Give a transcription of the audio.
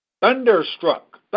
thunderstruck